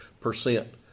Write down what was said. percent